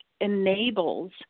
enables